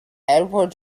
edward